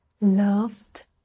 loved